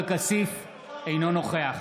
אינו נוכח